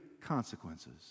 consequences